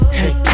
hey